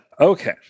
Okay